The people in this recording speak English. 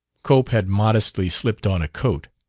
cope had modestly slipped on a coat.